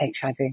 HIV